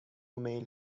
میل